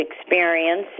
experience